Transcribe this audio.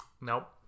Nope